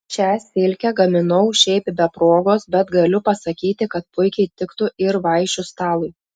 šią silkę gaminau šiaip be progos bet galiu pasakyti kad puikiai tiktų ir vaišių stalui